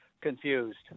confused